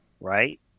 right